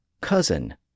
cousin